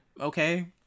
okay